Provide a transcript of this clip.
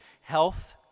health